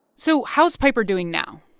so how's piper doing now?